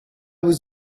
was